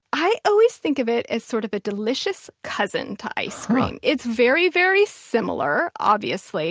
i always think of it as sort of a delicious cousin to ice cream. it's very, very similar, obviously.